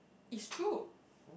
is true